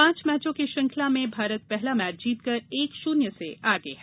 पांच मैचों की श्रृंखला में भारत पहला मैच जीतकर एक शून्य से आगे है